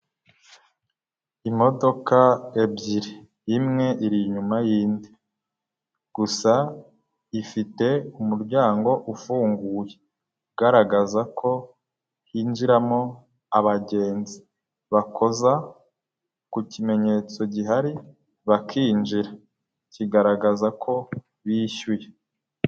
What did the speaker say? Imodoka ebyiri, imwe iri inyuma y'indi, gusa ifite umuryango ufunguye ugaragaza ko hinjiramo abagenzi, bakoza ku kimenyetso gihari bakinjira kigaragaza ko bishyuye.